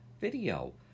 video